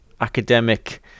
academic